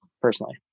personally